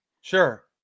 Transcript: Sure